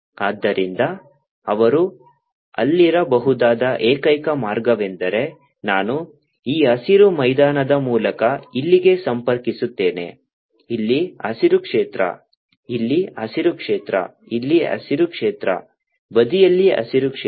ಆದ್ದರಿಂದ ಅವರು ಅಲ್ಲಿರಬಹುದಾದ ಏಕೈಕ ಮಾರ್ಗವೆಂದರೆ ನಾನು ಈ ಹಸಿರು ಮೈದಾನದ ಮೂಲಕ ಇಲ್ಲಿಗೆ ಸಂಪರ್ಕಿಸುತ್ತೇನೆ ಇಲ್ಲಿ ಹಸಿರು ಕ್ಷೇತ್ರ ಇಲ್ಲಿ ಹಸಿರು ಕ್ಷೇತ್ರ ಇಲ್ಲಿ ಹಸಿರು ಕ್ಷೇತ್ರ ಬದಿಯಲ್ಲಿ ಹಸಿರು ಕ್ಷೇತ್ರ